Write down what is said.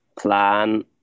plan